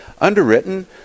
underwritten